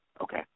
Okay